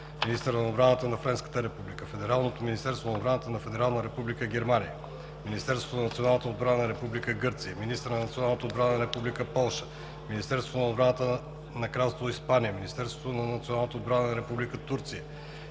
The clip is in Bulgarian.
министъра на отбраната на Френската република, Федералното министерство на отбраната на Федерална република Германия, Министерството на националната отбрана на Република Гърция, министъра на националната отбрана на Република Полша, Министерството на отбраната на Кралство Испания, Министерството на националната отбрана на Република Турция,